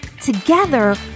Together